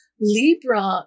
Libra